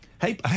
Hey